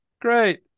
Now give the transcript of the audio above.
great